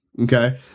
Okay